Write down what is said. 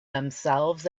themselves